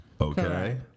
Okay